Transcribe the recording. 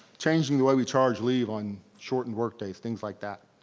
changing the way we charge leave on shortened work days, things like that.